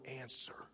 answer